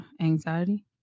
anxiety